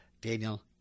Daniel